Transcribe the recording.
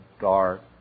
dark